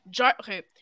okay